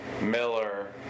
Miller